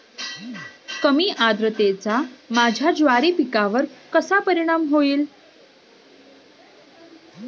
कमी आर्द्रतेचा माझ्या ज्वारी पिकावर कसा परिणाम होईल?